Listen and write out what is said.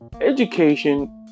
Education